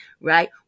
right